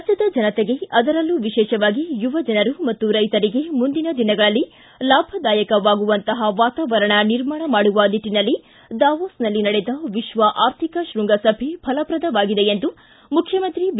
ರಾಜ್ಯದ ಜನತೆಗೆ ಅದರಲ್ಲೂ ವಿಶೇಷವಾಗಿ ಯುವ ಜನರು ಮತ್ತು ರೈತರಿಗೆ ಮುಂದಿನ ದಿನಗಳಲ್ಲಿ ಲಾಭದಾಯಕವಾಗುವಂತಹ ವಾತಾವರಣ ನಿರ್ಮಾಣ ಮಾಡುವ ನಿಟ್ಟನಲ್ಲಿ ದಾವೋಸ್ನಲ್ಲಿ ನಡೆದ ವಿಶ್ವ ಆರ್ಥಿಕ ಶೃಂಗಸಭೆ ಫಲಪ್ರದವಾಗಿದೆ ಎಂದು ಮುಖ್ಚಮಂತ್ರಿ ಬಿ